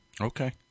Okay